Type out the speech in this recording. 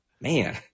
man